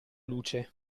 luce